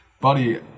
Buddy